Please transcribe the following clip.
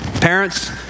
Parents